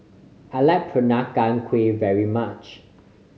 I like Peranakan Kueh very much